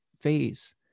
phase